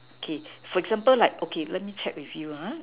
okay for example like okay let me check with you ah